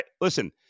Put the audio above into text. Listen